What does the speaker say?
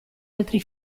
altri